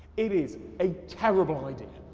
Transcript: it is a terrible idea,